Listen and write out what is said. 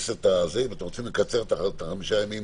אם אתם רוצים לקצר לחמישה ימים,